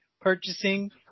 purchasing